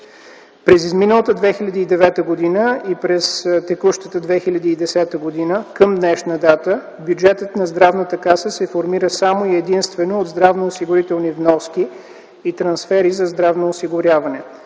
През изминалата 2009 г. и през текущата 2010 г. към днешна дата, бюджетът на Здравната каса се формира само и единствено от здравноосигурителни вноски и трансфери за здравно осигуряване.